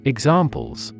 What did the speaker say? Examples